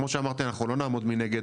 כמו שאמרתי, אנחנו לא נעמוד מנגד.